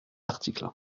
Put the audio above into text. article